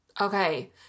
Okay